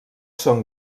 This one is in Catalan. són